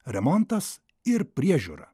remontas ir priežiūra